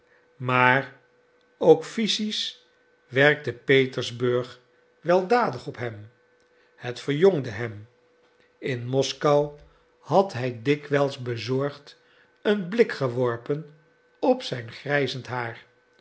maar ook physisch werkte petersburg weldadig op hem het verjongde hem in moskou had hij dikwijls bezorgd een blik geworpen op zijn grijzend haar